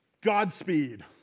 Godspeed